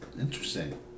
interesting